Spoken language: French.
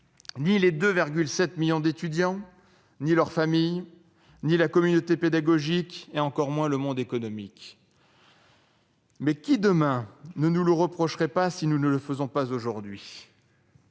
Pas les 2,7 millions d'étudiants, ni leurs familles, ni la communauté pédagogique et encore moins le monde économique ! Mais qui demain ne nous le reprocherait pas si nous n'agissions pas aujourd'hui ?